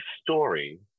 story